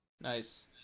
Nice